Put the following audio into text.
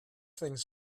things